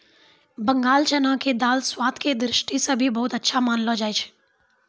बंगाल चना के दाल स्वाद के दृष्टि सॅ भी बहुत अच्छा मानलो जाय छै